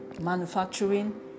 manufacturing